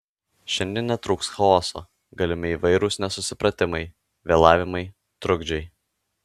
šiandien netrūks chaoso galimi įvairūs nesusipratimai vėlavimai trukdžiai